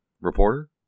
reporter